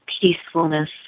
peacefulness